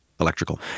electrical